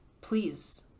please